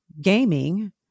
gaming